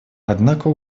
однако